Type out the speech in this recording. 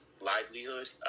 livelihood